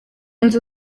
nzu